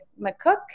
McCook